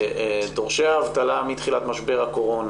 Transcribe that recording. דורשי האבטלה מתחילת משבר הקורונה